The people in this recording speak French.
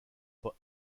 pas